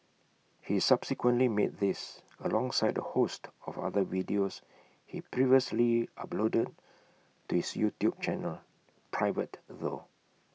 he subsequently made these alongside A host of other videos he previously uploaded to his YouTube channel private though